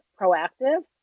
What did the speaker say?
proactive